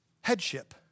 headship